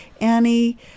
Annie